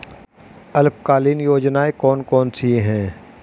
अल्पकालीन योजनाएं कौन कौन सी हैं?